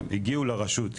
הגיעו לרשות.